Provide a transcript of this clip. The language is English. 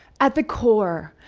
at the core,